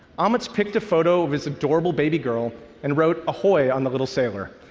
amit's picked a photo of his adorable baby girl and wrote ahoy on the little sailor.